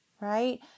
right